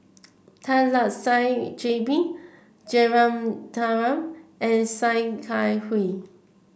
Tan Lark Sye J B Jeyaretnam and Sia Kah Hui